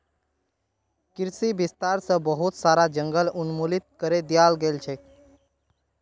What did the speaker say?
कृषि विस्तार स बहुत सारा जंगल उन्मूलित करे दयाल गेल छेक